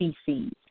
Species